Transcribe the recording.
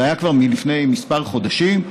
זה היה כבר לפני כמה חודשים,